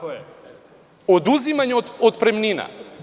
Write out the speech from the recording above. Oduzimanje otpremnina?